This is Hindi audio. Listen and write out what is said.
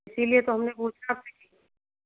इसीलिए तो हमने पूछा आपसे